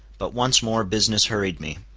but once more business hurried me.